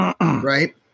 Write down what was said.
Right